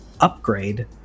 upgrade